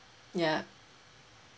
ya